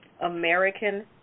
American